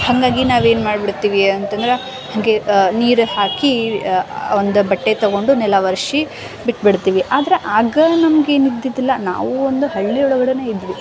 ಹಾಗಾಗಿ ನಾವು ಏನು ಮಾಡ್ಬಿಡ್ತೀವಿ ಅಂತಂದ್ರೆ ಗೆ ನೀರು ಹಾಕಿ ಒಂದು ಬಟ್ಟೆ ತಗೊಂಡು ನೆಲ ವರ್ಷ ಬಿಟ್ಟು ಬಿಡ್ತೀವಿ ಆದರೆ ಆಗ ನಮ್ಗೇನು ಇದ್ದಿದ್ದಿಲ್ಲ ನಾವು ಒಂದು ಹಳ್ಳಿ ಒಳಗಡೆನೆ ಇದ್ವಿ